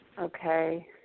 Okay